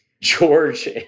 George